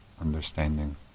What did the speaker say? understanding